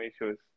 issues